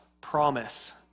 promise